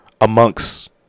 amongst